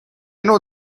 نوع